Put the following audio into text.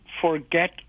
forget